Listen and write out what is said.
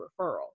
referral